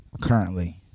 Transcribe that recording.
currently